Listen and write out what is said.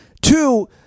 Two